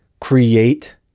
create